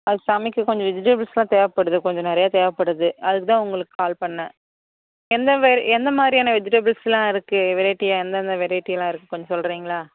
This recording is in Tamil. அது சமைக்க கொஞ்சம் வெஜிடபிள்ஸ்லாம் தேவைப்படுது கொஞ்சம் நிறையா தேவைப்படுது அதுக்குதான் உங்களுக்கு கால் பண்ணேன் எந்த வெ எந்த மாதிரியான வெஜிடபிள்ஸ்லாம் இருக்குது வெரைட்டியா எந்தெந்த வெரைட்டிலாம் இருக்குது கொஞ்சம் சொல்கிறீங்களா